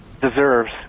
deserves